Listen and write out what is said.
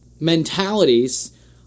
mentalities